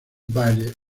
david